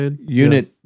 Unit